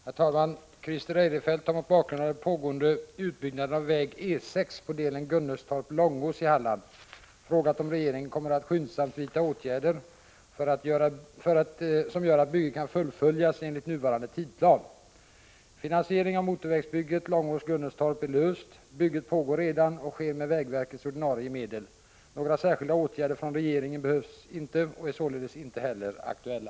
Herr talman! Christer Eirefelt har mot bakgrund av den pågående utbyggnaden av väg E 6 på delen Gunnestorp-Långås i Halland frågat om regeringen kommer att skyndsamt vidta åtgärder som gör att bygget kan fullföljas enligt nuvarande tidsplan. Finansieringen av motorvägsbygget Långås-Gunnestorp är löst. Bygget pågår redan och sker med Vägverkets ordinarie medel. Några särskilda åtgärder från regeringen behövs ej och är således inte heller aktuella.